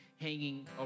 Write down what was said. hanging